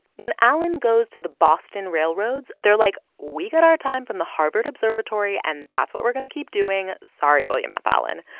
when allen goes to the boston railroads, they're like, we got our time from the harvard observatory, and that's what we're going to keep doing. sorry, william f. allen.